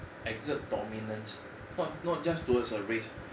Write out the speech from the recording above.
exert dominance not not just towards a race